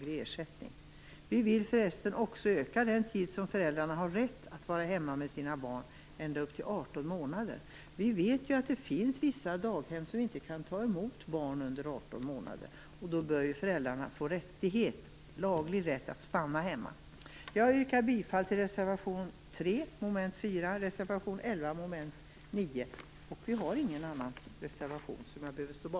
Vi vill också öka den tid som föräldrarna har rätt att vara hemma med sina barn ända upp till 18 månader. Vi vet ju att vissa daghem inte kan ta emot barn som är under 18 månader. Därför bör föräldrarna få laglig rätt att stanna hemma.